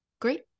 Great